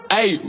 Hey